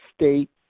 state